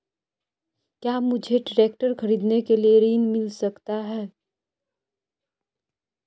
क्या मुझे ट्रैक्टर खरीदने के लिए ऋण मिल सकता है?